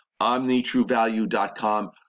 omnitruevalue.com